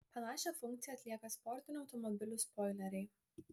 panašią funkciją atlieka sportinių automobilių spoileriai